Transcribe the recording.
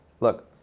look